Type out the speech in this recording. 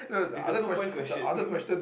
it's a two point question